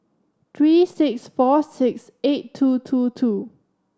three six four six eight two two two